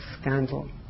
scandal